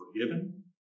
forgiven